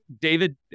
David